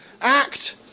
act